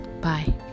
bye